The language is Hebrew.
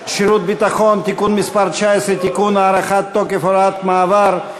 שירות ביטחון (תיקון מס' 19) (תיקון) (הארכת תוקף הוראת מעבר),